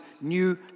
new